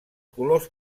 colors